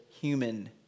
human